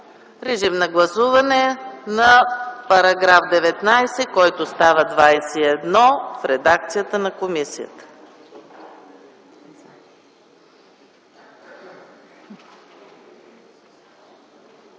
Режим на гласуване на § 31, който става § 34, в редакцията на комисията.